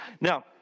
Now